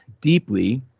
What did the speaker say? deeply—